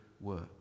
work